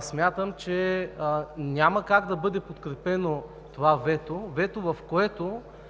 смятам, че няма как да бъде подкрепено това вето, след като